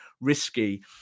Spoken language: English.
risky